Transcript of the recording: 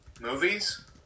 Movies